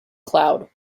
cloud